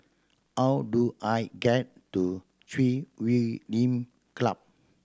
how do I get to Chui Huay Lim Club